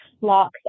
locks